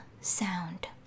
sound